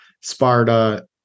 Sparta